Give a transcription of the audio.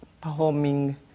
performing